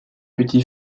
petit